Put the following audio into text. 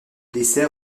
décès